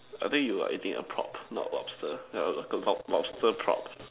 I think you're eating a prop not a lobster like a lobster prop